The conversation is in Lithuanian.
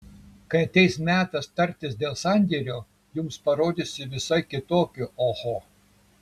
kai ateis metas tartis dėl sandėrio jums parodysiu visai kitokį oho